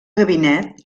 gabinet